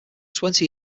twenty